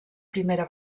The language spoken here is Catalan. primera